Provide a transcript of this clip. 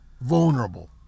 vulnerable